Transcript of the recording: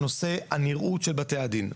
על נושא הנראות של בתי הדין.